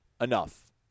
Enough